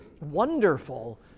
wonderful